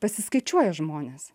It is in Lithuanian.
pasiskaičiuoja žmonės